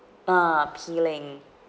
ah peeling